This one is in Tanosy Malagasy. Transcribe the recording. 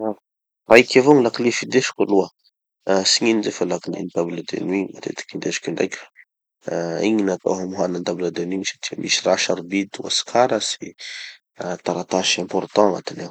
Raiky avao gny lakilé findesiko aloha. Ah tsy gn'ino zay fa lakilény table de nuit igny matetiky indesiko kindraiky. Igny natao hamohana any table de nuit igny satria misy raha sarobidy, ohatsy karatsy, taratasy important, agnatiny ao.